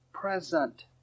Present